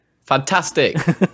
Fantastic